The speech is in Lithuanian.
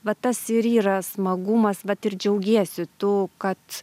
va tas ir yra smagumas vat ir džiaugiesi tu kad